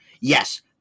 Yes